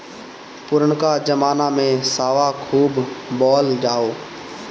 पुरनका जमाना में सावा खूब बोअल जाओ